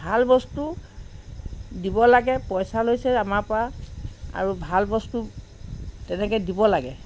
ভাল বস্তু দিব লাগে পইচা লৈছে আমাৰ পৰা আৰু ভাল বস্তু তেনেকৈ দিব লাগে